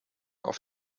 auf